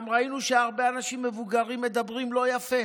גם ראינו שהרבה אנשים מבוגרים מדברים לא יפה